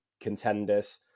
contenders